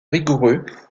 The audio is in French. rigoureux